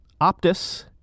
Optus